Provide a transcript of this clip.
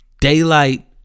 Daylight